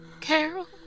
Carol